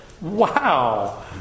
Wow